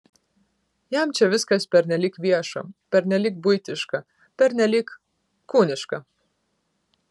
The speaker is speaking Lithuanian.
jam čia viskas pernelyg vieša pernelyg buitiška pernelyg kūniška